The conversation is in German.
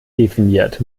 definiert